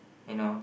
you know